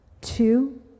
Two